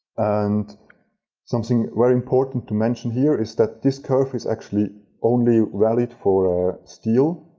and something very important to mention here, is that this curve is actually only valid for steel,